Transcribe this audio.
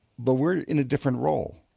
but we're in a different role.